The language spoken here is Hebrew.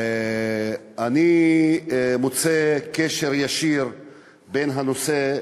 אני מוצא קשר ישיר בין הנושא,